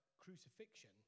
crucifixion